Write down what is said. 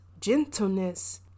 gentleness